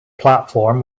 platform